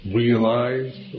realize